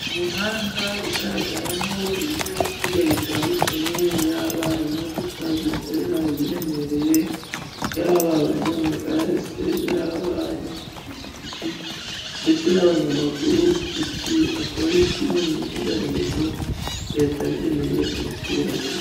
Umuhanda ugaragaramo ibinyabiziga bitandukanye yaba imodoka zikorera ibiremereye, yaba abanyamagare se, yaba n'amapikipiki, ndetse n'abanyamaguru iki akaba ari kimwe mu bikorwaremezo leta yageneye abaturage.